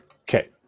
Okay